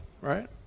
right